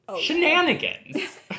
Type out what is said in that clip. shenanigans